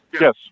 Yes